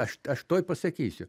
aš aš tuoj pasakysiu